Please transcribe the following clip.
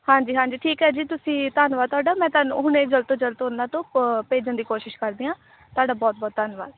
ਹਾਂਜੀ ਹਾਂਜੀ ਠੀਕ ਆ ਜੀ ਤੁਸੀਂ ਧੰਨਵਾਦ ਤੁਹਾਡਾ ਮੈਂ ਤੁਹਾਨੂੰ ਹੁਣੇ ਜਲਦ ਤੋਂ ਜਲਦ ਤੋਂ ਉਹਨਾਂ ਤੋਂ ਪ ਭੇਜਣ ਦੀ ਕੋਸ਼ਿਸ਼ ਕਰਦੇ ਹਾਂ ਤੁਹਾਡਾ ਬਹੁਤ ਬਹੁਤ ਧੰਨਵਾਦ